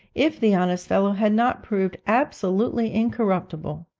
if the honest fellow had not proved absolutely incorruptible.